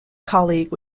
colleague